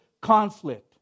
conflict